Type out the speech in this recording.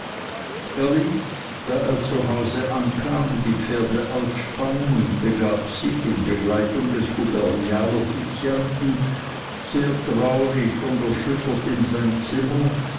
zu hause kam die pferde ausspannen und begab sich in begleitung des gubernial offizianten sehr traurig und erschüttert in sein zimmer